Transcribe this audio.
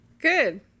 Good